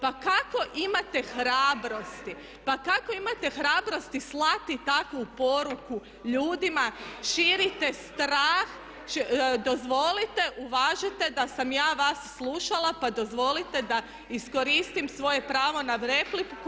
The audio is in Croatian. Pa kako imate hrabrosti, pa kako imate hrabrosti slati takvu poruku ljudima, širite strah, dozvolite, uvažite da sam ja vas slušala, pa dozvolite da iskoristim svoje pravo na repliku.